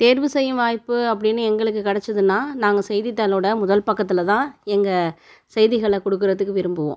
தேர்வு செய்யும் வாய்ப்பு அப்படின்னு எங்களுக்கு கிடச்சிதுன்னா நாங்கள் செய்தி தாளோட முதல் பக்கத்தில் தான் எங்கள் செய்திகளை கொடுக்குறதுக்கு விரும்புவோம்